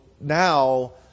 now